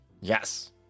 Yes